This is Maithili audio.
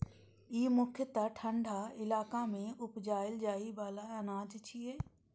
ई मुख्यतः ठंढा इलाका मे उपजाएल जाइ बला अनाज छियै